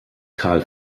karl